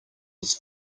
was